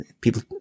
people